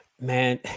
Man